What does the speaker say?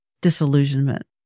disillusionment